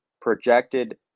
projected